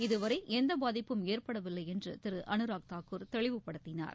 இதுவரை எந்த பாதிப்பும் ஏற்படவில்லை என்று திரு அனுராக் தாகூர் தெளிவுபடுத்தினார்